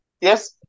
Yes